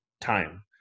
time